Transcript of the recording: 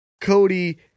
Cody